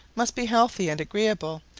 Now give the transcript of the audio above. must be healthy and agreeable,